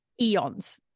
eons